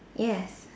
yes